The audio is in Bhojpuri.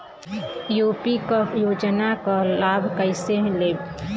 यू.पी क योजना क लाभ कइसे लेब?